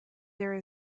there